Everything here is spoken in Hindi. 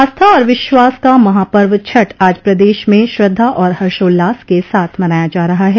आस्था और विश्वास का महापर्व छठ आज प्रदेश में श्रद्वा और हर्षोल्लास के साथ मनाया जा रहा है